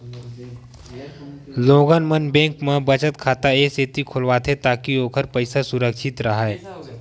लोगन मन बेंक म बचत खाता ए सेती खोलवाथे ताकि ओखर पइसा सुरक्छित राहय